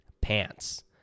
pants